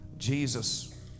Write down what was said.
Jesus